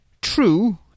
true